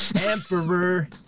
emperor